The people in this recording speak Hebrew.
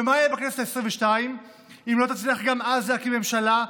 ומה יהיה בכנסת העשרים-ושתיים אם לא תצליח גם אז להקים ממשלה?